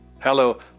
Hello